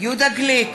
יהודה גליק,